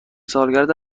سالگرد